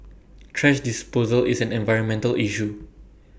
thrash disposal is an environmental issue